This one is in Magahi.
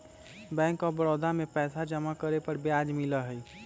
बैंक ऑफ बड़ौदा में पैसा जमा करे पर ब्याज मिला हई